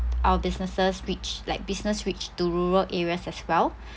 our businesses which like business which to rural areas as well